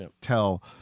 tell